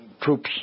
troops